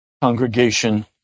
congregation